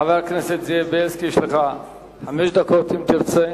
חבר הכנסת זאב בילסקי, יש לך חמש דקות אם תרצה.